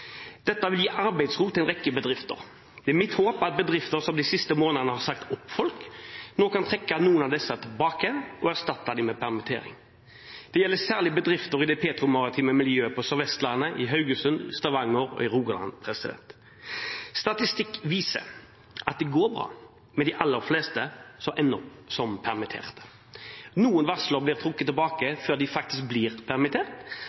Dette vil gi arbeidsro til en rekke bedrifter. Det er mitt håp at bedrifter som de siste månedene har sagt opp folk, nå kan trekke noen av disse oppsigelsene tilbake igjen og erstatte dem med permittering. Det gjelder særlig bedrifter i det petro-maritime miljøet på Sør-Vestlandet, i Haugesund, Stavanger og Rogaland. Statistikk viser at det går bra med de aller fleste som ender opp som permitterte. Noen varsler blir trukket